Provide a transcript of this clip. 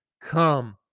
come